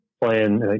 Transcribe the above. playing